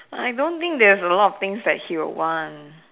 I don't think there's a lot of things that he'll want